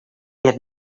had